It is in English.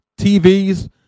tvs